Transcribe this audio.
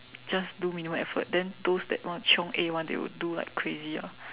just do minimum effort then those that want chiong A one they will do like crazy ah